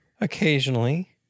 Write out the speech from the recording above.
occasionally